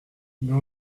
mais